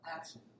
action